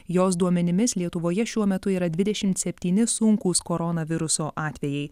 jos duomenimis lietuvoje šiuo metu yra dvidešimt septyni sunkūs koronaviruso atvejai